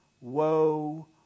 woe